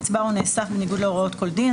נצבר או נאסף בניגוד להוראות כל דין,